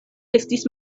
estis